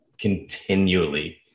continually